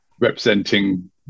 representing